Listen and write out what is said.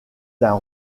d’un